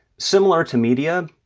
similar to media,